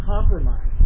compromise